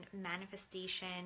manifestation